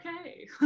okay